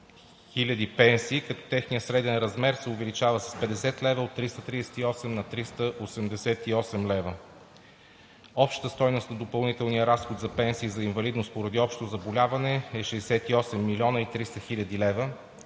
600 пенсии, като техният среден размер се увеличава с 50 лв. – от 338 на 388 лв. Общата стойност на допълнителния разход за пенсии за инвалидност поради общо заболяване е 68 млн. 300 хил. лв.